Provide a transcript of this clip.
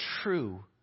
true